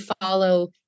follow